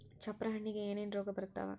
ಚಪ್ರ ಹಣ್ಣಿಗೆ ಏನೇನ್ ರೋಗ ಬರ್ತಾವ?